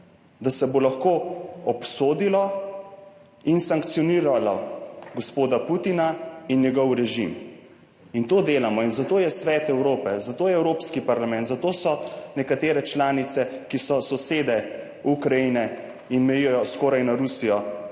da se bo lahko obsodilo in sankcioniralo gospoda Putina in njegov režim in to delamo in zato je Svet Evrope, zato je Evropski parlament, zato so nekatere članice, ki so sosede Ukrajine in mejijo skoraj na Rusijo,